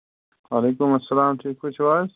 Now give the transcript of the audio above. وعلیکُم اَلسلام ٹھیٖک پٲٹھۍ چھِو حظ